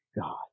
God